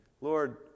Lord